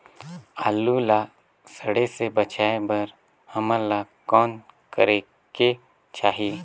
आलू ला सड़े से बचाये बर हमन ला कौन करेके चाही?